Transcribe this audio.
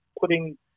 putting